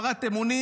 מרמה והפרת אמונים,